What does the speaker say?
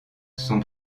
son